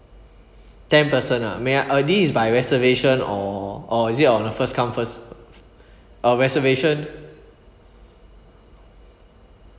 ten person ah may this is by reservation or or is it on a first come first or reservation